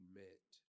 meant